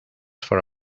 for